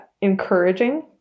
encouraging